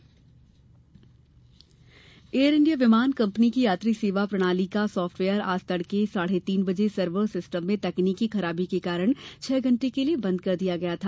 air India Lohani Air India विमान कंपनी की यात्री सेवा प्रणाली का साफ्टवेयर आज तड़के साढे तीन बजे सर्वर सिस्टम में तकनीकी खराबी के कारण छह घंटे के लिये बंद कर दिया गया था